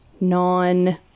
non